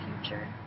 future